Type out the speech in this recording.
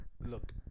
look